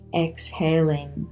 exhaling